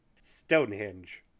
Stonehenge